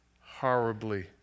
horribly